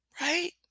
Right